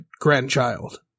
grandchild